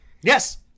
Yes